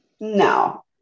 No